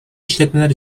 işletmeler